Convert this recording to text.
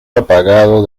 apagado